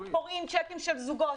פורעים צ'קים של זוגות,